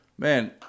Man